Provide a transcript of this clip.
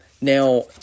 Now